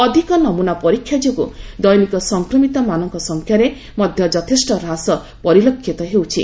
ଅଧିକ ନମ୍ରନା ପରୀକ୍ଷା ଯୋଗୁଁ ଦୈନିକ ସଂକ୍ରମିତମାନଙ୍କ ସଂଖ୍ୟାରେ ମଧ୍ୟ ଯଥେଷ୍ଟ ହ୍ରାସ ପରିଲକ୍ଷିତ ହେଉଛି